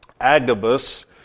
Agabus